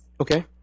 okay